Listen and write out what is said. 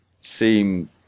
seem